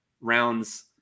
rounds